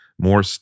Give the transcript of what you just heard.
more